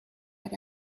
but